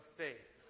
faith